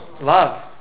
Love